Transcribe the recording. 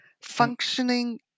functioning